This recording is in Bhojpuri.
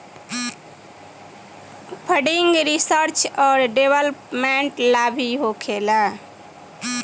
फंडिंग रिसर्च औरी डेवलपमेंट ला भी होखेला